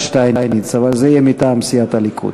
תתעסק עם הפירות הבאושים.